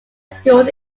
schools